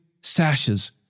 sashes